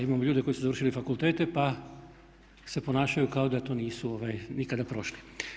Imamo ljude koji su završili fakultete, pa se ponašaju kao da to nisu nikada prošli.